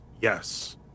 Yes